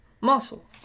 muscle